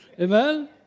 Amen